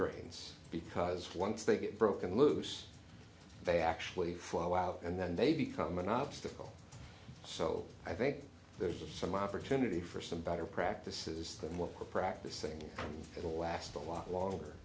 drains because once they get broken loose they actually for a while and then they become an obstacle so i think there's some opportunity for some better practices than what the practicing it will last a lot longer